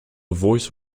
voice